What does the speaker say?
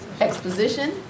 exposition